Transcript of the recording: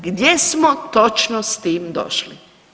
Gdje smo točno s tim došli?